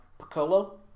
Piccolo